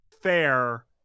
fair